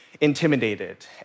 intimidated